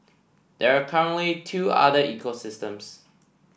there are currently two other ecosystems